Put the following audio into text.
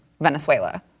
Venezuela